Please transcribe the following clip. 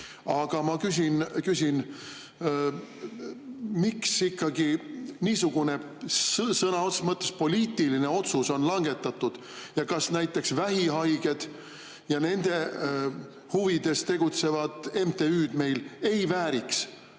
Aga ma küsin, miks ikkagi niisugune sõna otseses mõttes poliitiline otsus on langetatud. Kas näiteks vähihaiged ja nende huvides tegutsevad MTÜ-d meil ei vääriks